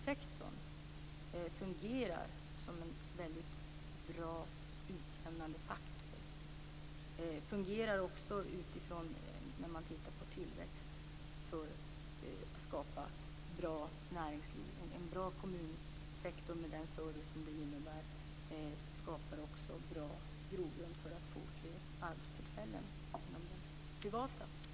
Den fungerar också bra när man ser på tillväxt för att skapa ett bra näringsliv. En bra kommunsektor med den service som det innebär skapar också bra grogrund för fler arbetstillfällen inom det privata näringslivet.